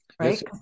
Right